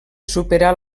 superar